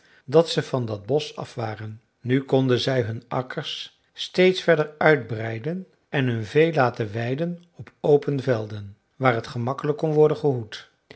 dat ze van dat bosch af waren nu konden zij hun akkers steeds verder uitbreiden en hun vee laten weiden op open velden waar het gemakkelijk kon worden gehoed